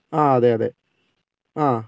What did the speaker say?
ആ അതെ അതെ ആ